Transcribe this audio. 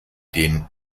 den